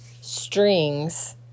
strings